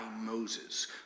Moses